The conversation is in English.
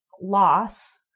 loss